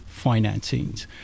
financings